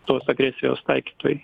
tos agresijos taikytojai